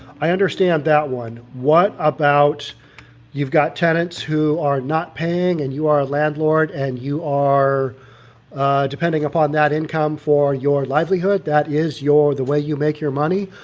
i understand that one. what up you've got tenants who are not paying and you are a landlord and you are depending upon that income for your livelihood, that is your the way you make your money.